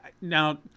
Now